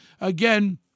again